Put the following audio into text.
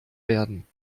werden